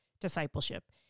discipleship